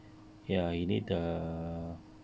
ya you need the